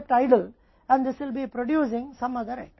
था कि यह काफी संभावना है कि इसे निष्क्रिय नहीं रखा जाएगा और यह कुछ अन्य आइटम का उत्पादन करेगा